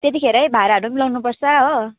त्यतिखेरै भाडाहरू मिलाउनु पर्छ हो